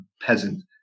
peasant